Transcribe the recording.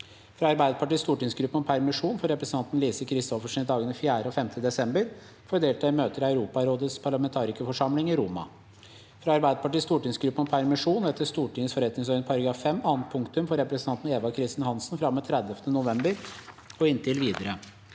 fra Arbeiderpartiets stortingsgruppe om permisjon for representanten Lise Christoffersen i dagene 4. og 5. desember for å delta i møter i Europarådets parlamentarikerforsamling i Roma – fra Arbeiderpartiets stortingsgruppe om permisjon etter Stortingets forretningsorden § 5 annet punktum for representanten Eva Kristin Hansen fra og med 30. november og inntil videre